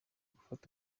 gufasha